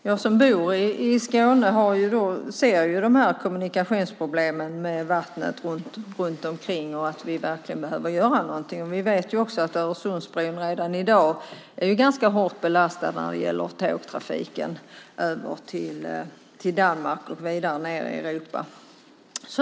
Jag som bor i Skåne ser dessa kommunikationsproblem när man har vatten runt omkring och att vi verkligen behöver göra någonting. Vi vet också att Öresundsbron redan i dag är ganska hårt belastad när det gäller tågtrafiken över till Danmark och vidare ned i Europa.